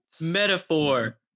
metaphor